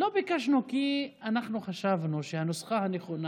לא ביקשנו כי אנחנו חשבנו שהנוסחה הנכונה,